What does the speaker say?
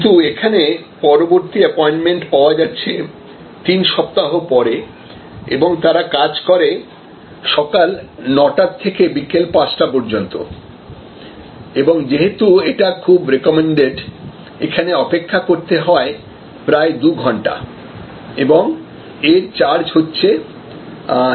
কিন্তু এখানে পরবর্তী অ্যাপোয়েন্টমেন্ট পাওয়া যাচ্ছে তিন সপ্তাহ পরে এবং তারা কাজ করে সকাল 9 টা থেকে বিকেল 5 টা পর্যন্ত এবং যেহেতু এটা খুব রিকমেন্ডেড এখানে অপেক্ষা করতে হয় প্রায় দুঘণ্টা এবং এর চার্জ হচ্ছে 450 টাকা